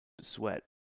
sweat